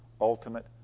ultimate